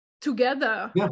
together